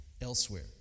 elsewhere